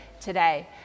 today